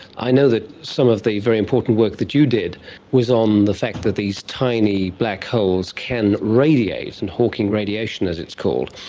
i know that some of the very important work that you did was on the fact that these tiny black holes can radiate, and hawking radiation as it's called.